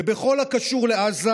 ובכל הקשור לעזה,